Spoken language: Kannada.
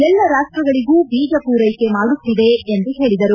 ಎಲ್ಲಾ ರಾಷ್ಟಗಳಿಗೂ ಬೀಜ ಪೂರೈಕೆ ಮಾಡುತ್ತಿದೆ ಎಂದು ಹೇಳಿದರು